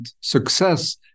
success